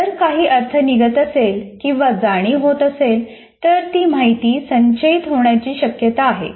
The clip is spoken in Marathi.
जर काही अर्थ निघत असेल किंवा जाणीव होत असेल तर ती माहिती संचयित होण्याची शक्यता आहे